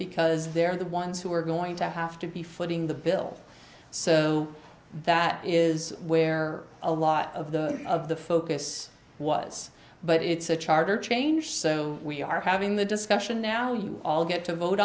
because they're the ones who are going to have to be footing the bill so that is where a lot of the of the focus was but it's a charter change so we are having the discussion now you all get to vote